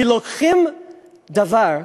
כי לוקחים דבר,